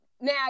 now